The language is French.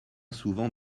souvent